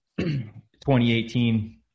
2018